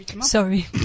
Sorry